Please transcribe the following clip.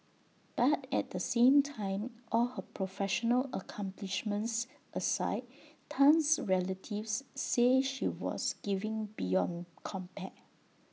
but at the same time all her professional accomplishments aside Tan's relatives say she was giving beyond compare